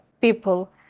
people